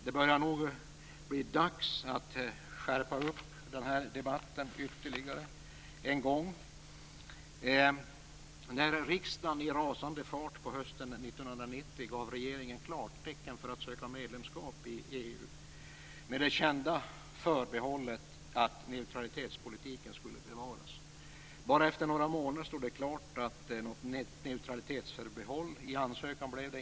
Det börjar nog bli dags att skärpa upp den debatten ytterligare en gång. När riksdagen i rasande fart under hösten 1990 gav regeringen klartecken för att söka medlemskap i EU var det med det kända förbehållet att neutralitetspolitiken skulle bevaras. Efter bara några månader stod det klart att det inte blev något neutralitetsförbehåll i ansökan.